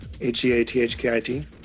H-E-A-T-H-K-I-T